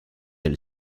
elle